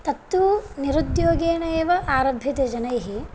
तत्तु निरुद्योगेन एव आरभ्यते जनैः